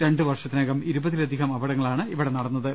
രണ്ടു വർഷത്തിനകം ഇരുപതിലധികം അപകട ങ്ങളാണ് ഇവിടെ നടന്നത്